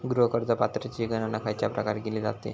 गृह कर्ज पात्रतेची गणना खयच्या प्रकारे केली जाते?